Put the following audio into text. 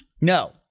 No